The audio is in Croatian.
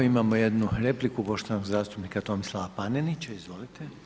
Imamo jednu repliku, poštovanog zastupnika Tomislava Panenića, izvolite.